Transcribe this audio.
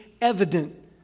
evident